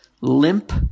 limp